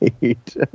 Right